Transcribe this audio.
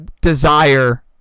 desire